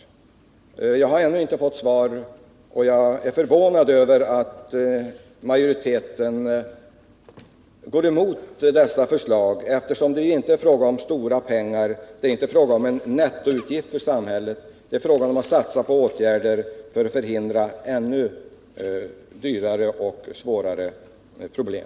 Jag har ännu inte fått svar. Jag är förvånad över att majoriteten går emot dessa förslag, eftersom det ju inte gäller stora pengar. Det är inte fråga om en nettoutgift för samhället — det är fråga om att satsa på åtgärder för att förhindra ännu svårare problem och högre kostnader.